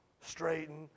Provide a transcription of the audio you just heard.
straighten